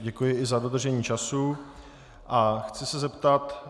Děkuji i za dodržení času a chci se zeptat...